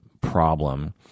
problem